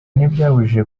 ntibyabujije